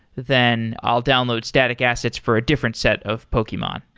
then i'll download static assets for a different set of pokemon.